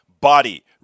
body